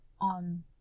on